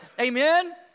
amen